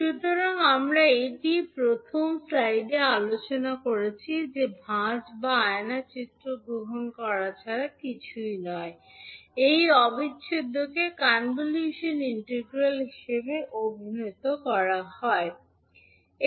সুতরাং আমরা এটিই প্রথম স্লাইডে আলোচনা করেছি যে ভাঁজ যা আয়না চিত্র গ্রহণ ছাড়া কিছুই নয় এই অবিচ্ছেদ্যকে কনভ্যুশনাল ইন্টিগ্রাল হিসাবে অভিহিত করার কারণ